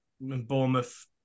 Bournemouth